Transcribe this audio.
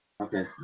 Okay